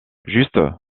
juste